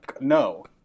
No